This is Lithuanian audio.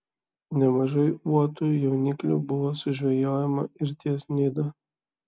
nemažai uotų jauniklių buvo sužvejojama ir ties nida